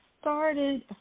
started